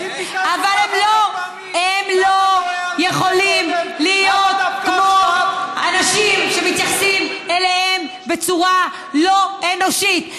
אבל הם לא יכולים להיות כמו אנשים שמתייחסים אליהם בצורה לא אנושית.